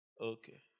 Okay